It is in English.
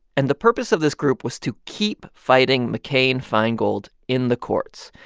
and the purpose of this group was to keep fighting mccain-feingold in the courts.